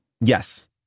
Yes